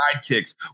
sidekicks